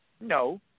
No